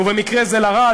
ובמקרה הזה לרע,